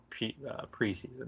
preseason